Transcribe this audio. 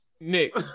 Nick